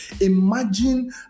imagine